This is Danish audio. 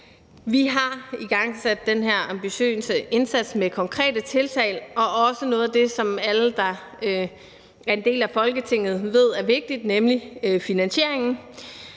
Vi har igangsat den her ambitiøse indsats med konkrete tiltag og også noget af det, som alle, der er en del af Folketinget, ved er vigtigt, nemlig finansieringen,